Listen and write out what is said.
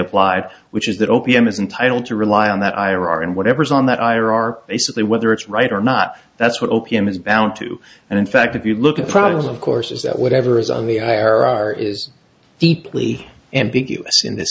applied which is that o p m is entitle to rely on that iraq and whatever is on that i or are basically whether it's right or not that's what opium is bound to and in fact if you look at problems of course is that whatever is on the i r is deeply ambiguous in this